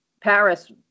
Paris